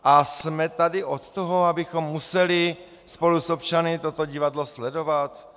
A jsme tady od toho, abychom museli spolu s občany toto divadlo sledovat?